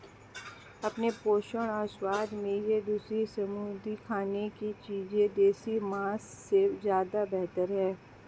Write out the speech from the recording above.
अपने पोषण और स्वाद में ये दूसरी समुद्री खाने की चीजें देसी मांस से ज्यादा बेहतर है